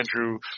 Andrew